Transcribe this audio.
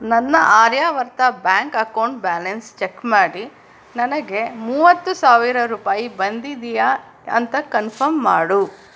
ನನ್ನ Aryavarta bank account balance check ಮಾಡಿ ನನಗೆ ಮೂವತ್ತು ಸಾವಿರ ರೂಪಾಯಿ ಬಂದಿದೆಯಾ ಅಂತ ಕನ್ಫರ್ಮ್ ಮಾಡು